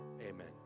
Amen